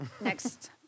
Next